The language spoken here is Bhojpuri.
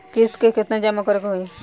किस्त केतना जमा करे के होई?